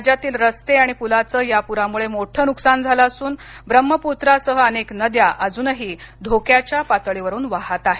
राज्यातील रस्ते आणि पुलांच या पुरामुळे मोठ नुकसान झाल असून ब्रह्मपुत्रा सहअनेक नद्या अजूनही धोक्याच्या पातळीवरून वाहत आहेत